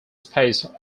space